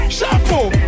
Shampoo